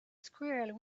squirrel